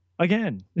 again